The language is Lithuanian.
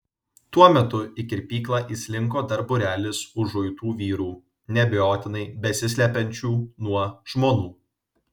tuo metu į kirpyklą įslinko dar būrelis užuitų vyrų neabejotinai besislepiančių nuo žmonų